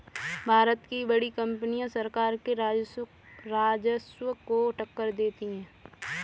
भारत की बड़ी कंपनियां सरकार के राजस्व को टक्कर देती हैं